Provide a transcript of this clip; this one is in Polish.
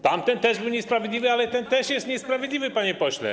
Tamten był niesprawiedliwy, ale ten też jest niesprawiedliwy, panie pośle.